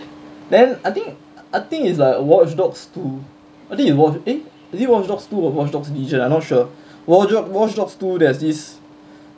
then I think I think is like watchdogs two I think it was eh is it watchdogs two or watchdogs legion I not sure watchdogs watchdogs two there's this